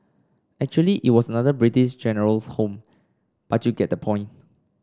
actually it was another British General's home but you get the point